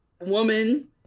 woman